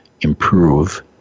improve